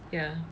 ya